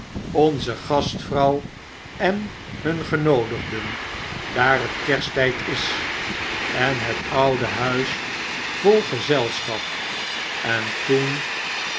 onze gastvrouw en hun genoodigden daar het kersttyd is en het oude huis vol gezelschap en toen